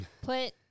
Put